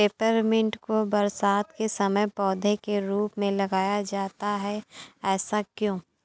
Peppermint को बरसात के समय पौधे के रूप में लगाया जाता है ऐसा क्यो?